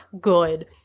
good